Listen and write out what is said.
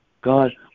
God